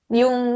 yung